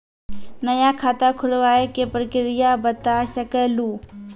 नया खाता खुलवाए के प्रक्रिया बता सके लू?